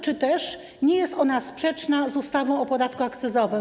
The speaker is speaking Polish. Czy nie jest ona sprzeczna z ustawą o podatku akcyzowym?